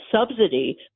subsidy